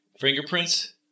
Fingerprints